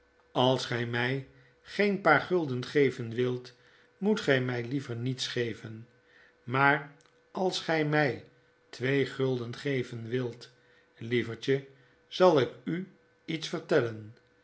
als gy my geen paar gulden geven wilt moet gy my liever niets geven maar als gij mij twee gulden geven wilt lievertje zal ik u iets vertellen